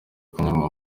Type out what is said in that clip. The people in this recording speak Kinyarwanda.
kuyungurura